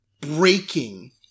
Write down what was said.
breaking